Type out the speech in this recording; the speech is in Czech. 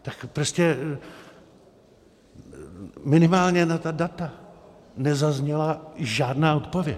Tak prostě minimálně na ta data nezazněla žádná odpověď.